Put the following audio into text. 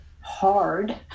hard